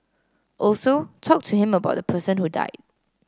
also talk to him about the person who died